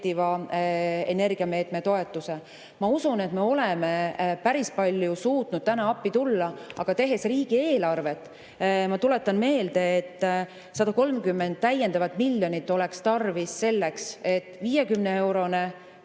kehtiva energiameetme toetuse. Ma usun, et me oleme päris palju suutnud appi tulla. Aga [mis puutub] riigieelarvesse, siis ma tuletan meelde, et 130 täiendavat miljonit oleks tarvis selleks, et 50-eurone